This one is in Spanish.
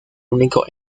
único